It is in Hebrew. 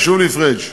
חשוב לי פריג'.